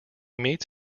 meets